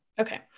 Okay